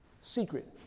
secret